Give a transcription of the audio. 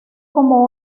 como